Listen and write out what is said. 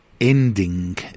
ending